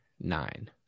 nine